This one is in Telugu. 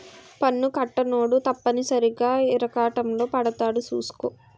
పన్ను కట్టనోడు తప్పనిసరిగా ఇరకాటంలో పడతాడు సూసుకో